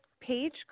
page